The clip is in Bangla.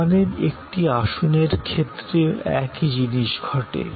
বিমানের একটি আসনের ক্ষেত্রেও একই জিনিস ঘটে